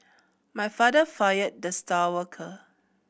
my father fired the star worker